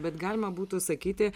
bet galima būtų sakyti